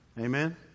Amen